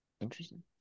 Interesting